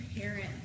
parents